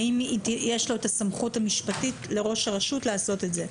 האם יש סמכות משפטית לראש הרשות לעשות את זה?